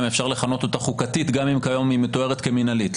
אפשר לכנות אותה חוקתית גם אם כיום היא מתוארת כמנהלית.